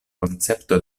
koncepto